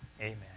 Amen